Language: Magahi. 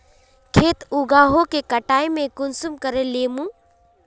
खेत उगोहो के कटाई में कुंसम करे लेमु?